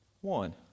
One